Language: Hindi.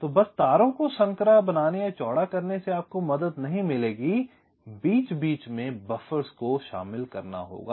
तो बस तारों को संकरा बनाने या चौड़ा करने से आपको मदद नहीं मिलेगी बीच बीच में बफ़र्स को शामिल करना होगा